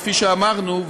כפי שאמרנו,